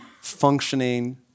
functioning